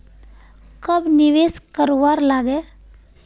कब निवेश करवार लागे?